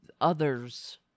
others